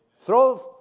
throw